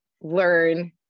learn